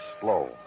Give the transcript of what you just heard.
slow